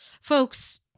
Folks